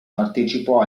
partecipò